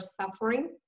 suffering